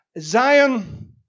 Zion